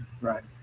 Right